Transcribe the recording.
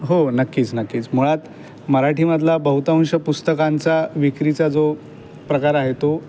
हो नक्कीच नक्कीच मुळात मराठीमधला बहुतांश पुस्तकांचा विक्रीचा जो प्रकार आहे तो